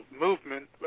movement